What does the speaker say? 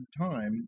time